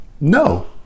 no